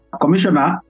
Commissioner